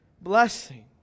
blessing